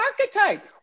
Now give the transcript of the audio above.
archetype